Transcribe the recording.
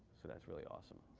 so that's really awesome.